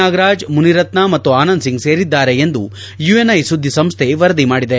ನಾಗರಾಜ್ ಮುನಿರತ್ನ ಮತ್ತು ಆನಂದ್ ಸಿಂಗ್ ಸೇರಿದ್ದಾರೆ ಎಂದು ಯುಎನ್ಐ ಸುದ್ದಿ ಸಂಸ್ಥೆ ವರದಿ ಮಾಡಿದೆ